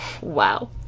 Wow